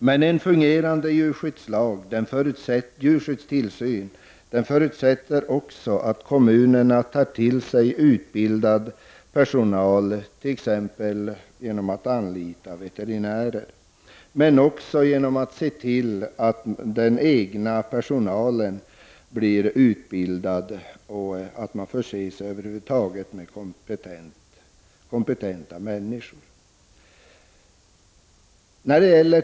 Men en fungerande djurskyddstillsyn förutsätter att kommunerna tar till sig utbildad personal t.ex. genom att anlita veterinärer. Men de måste också se till att den egna personalen utbildas. Över huvud taget måste det finnas tillgång till kompetenta människor på området.